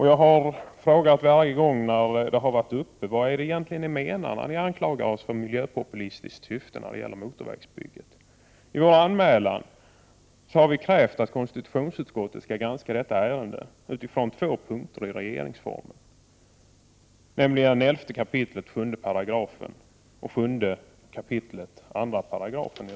Jag har varje gång som detta ärende har varit uppe frågat vad man egentligen menar när man anklagar oss för miljöpopulistiska syften i frågan om motorvägsbygget. I vår anmälan har vi krävt att konstitutionsutskottet skall granska detta ärende utifrån två stadganden i regeringsformen, nämligen enligt 11 kap. 7 § och 7 kap. 2 §.